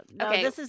Okay